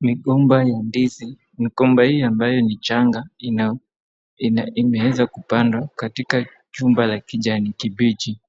Migomba ya ndizi ,migomba ambayo ni changa imewezwa kupandwa katika chumba cha kijani kimbichi.